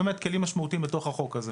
משנה באיזה גוף.